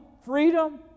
freedom